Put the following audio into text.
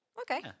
okay